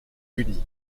uni